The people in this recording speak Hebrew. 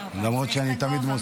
למרות שאני תמיד מוסיף.